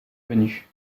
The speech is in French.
venue